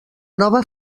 nova